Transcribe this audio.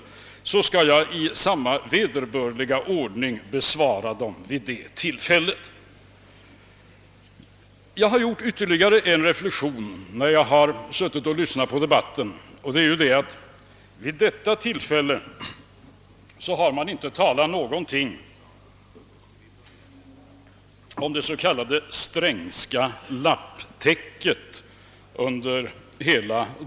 Jag skall vid det tillfället i samma vederbörliga ordning besvara dessa inlägg. Jag har gjort ytterligare en reflexion när jag suttit och lyssnat på debatten, nämligen att man under hela dagens intensiva diskussion inte har talat någonting om det s.k. Strängska lapptäcket.